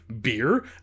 Beer